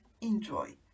enjoy